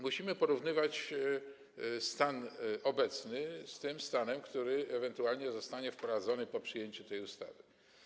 Musimy porównywać stan obecny z tym stanem, który ewentualnie zostanie wprowadzony po przyjęciu tej ustawy.